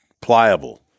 pliable